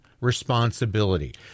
responsibility